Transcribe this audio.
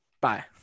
Bye